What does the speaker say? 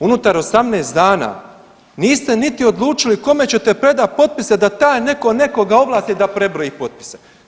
Unutar 18 dana niste niti odlučili kome ćete predat potpise da taj neko nekoga ovlasti da prebroji potpise.